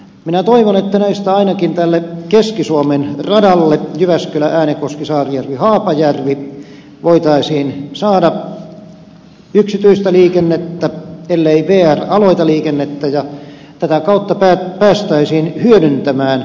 minä toivon että näistä ainakin tälle keski suomen radalle jyväskylääänekoskisaarijärvihaapajärvi voitaisiin saada yksityistä liikennettä ellei vr aloita liikennettä ja tätä kautta päästäisiin hyödyntämään raideverkkoa